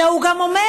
אלא הוא גם אומר: